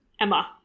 Emma